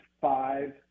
five